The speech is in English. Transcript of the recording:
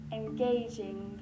engaging